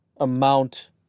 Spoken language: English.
amount